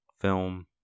film